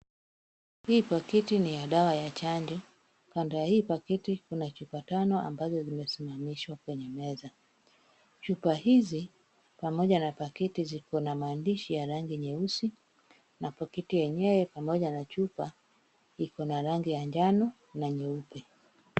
Hii pakiti ni dawa ya chanjo, kando ya hii pakiti kuna chupa tano ambazo zimesimamishwa kwenye meza, chupa hizi pamoja na pakiti ziko na maandishi ya rangi nyeusi, na pakiti yenyewe pamoja na chupa iko na rangi ya njano na nyeupe.